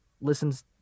listens